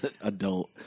adult